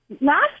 Last